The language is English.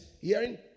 hearing